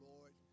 Lord